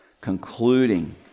concluding